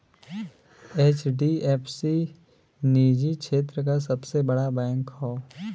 HDFC निजी क्षेत्र क सबसे बड़ा बैंक हौ